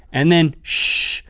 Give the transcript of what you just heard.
and then, shhhhh.